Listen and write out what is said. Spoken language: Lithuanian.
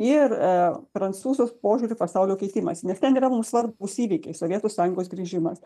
ir prancūzės požiūriu pasaulio keitimas nes ten yra mums svarbūs įvykiai sovietų sąjungos grįžimas